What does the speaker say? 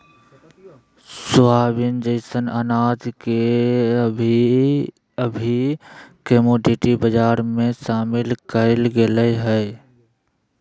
soybean जैसन अनाज के अभी अभी कमोडिटी बजार में शामिल कइल गेल हइ